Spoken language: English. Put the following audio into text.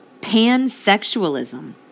pansexualism